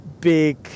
big